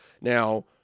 Now